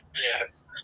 Yes